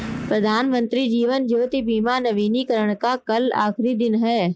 प्रधानमंत्री जीवन ज्योति बीमा नवीनीकरण का कल आखिरी दिन है